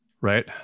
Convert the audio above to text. right